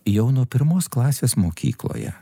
jau nuo pirmos klasės mokykloje